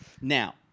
Now